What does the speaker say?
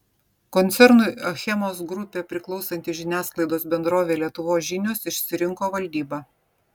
koncernui achemos grupė priklausanti žiniasklaidos bendrovė lietuvos žinios išsirinko valdybą